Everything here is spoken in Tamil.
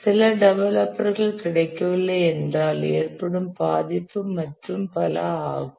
சில டெவலப்பர்கள் கிடைக்கவில்லை என்றால் ஏற்படும் பாதிப்பு மற்றும் பல ஆகும்